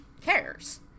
cares